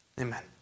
Amen